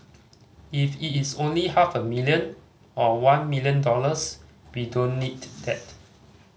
if it is only half a million or one million dollars we don't need that